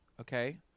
okay